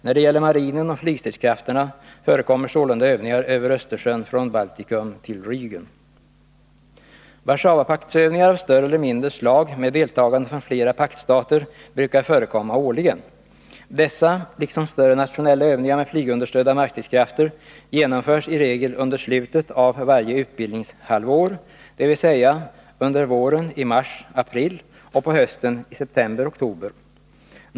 När det gäller marinen och flygstridskrafterna förekommer sålunda övningar över Östersjön från Baltikum till Rägen. Warszawapaktsövningar av större eller mindre slag med deltagande från flera paktstater brukar förekomma årligen. Dessa, liksom större nationella övningar med flygunderstödda markstridskrafter, genomförs i regel under slutet av varje utbildningshalvår, dvs. under våren i mars-april och på hösten i september-oktober.